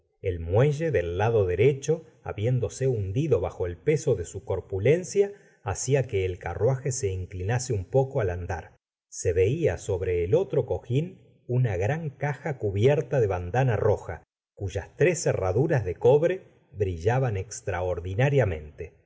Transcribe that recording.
el muelle del lado derecho habiéndose hundido bajo el peso de su corpulencia hacía que el ca rruaje se inclinase un poco al andar se veía sobre el otro cojín una gran caj a cubierta de badana roja cuyas tres cerraduras de cobre brillaba n extraordinariamente